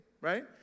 right